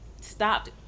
stopped